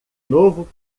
novo